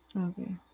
Okay